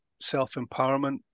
self-empowerment